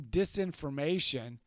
disinformation